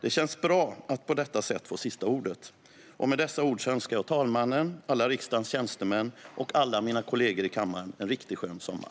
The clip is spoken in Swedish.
Det känns bra att på detta sätt få sista ordet. Med dessa ord önskar jag talmannen, alla riksdagens tjänstemän och kammarens ledamöter en riktigt skön sommar.